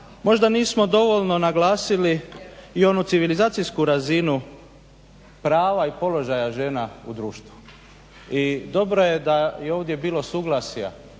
možda nismo dovoljno naglasili i onu civilizacijsku razinu prava i položaja žena u društvu i dobro je da je ovdje bilo suglasja